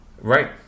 Right